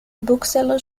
booksellers